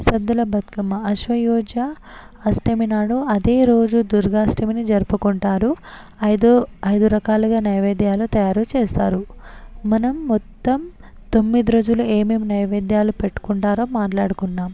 సద్దుల బతుకమ్మ ఆశ్వయుజ అష్టమి నాడు ఆదేరోజు దుర్గాష్టమిని జరుపుకుంటారు ఐదో ఐదురకాలుగ నైవేద్యాలు తయారు చేస్తారు మనం మొత్తం తొమ్మిది రోజుల ఏమేం నైవేద్యాలు పెట్టుకుంటారో మాట్లాడుకున్నాం